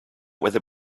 whether